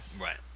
right